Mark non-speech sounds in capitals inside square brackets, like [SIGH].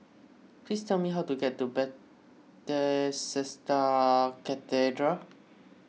please tell me how to get to [UNINTELLIGIBLE] Cathedral